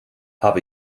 habe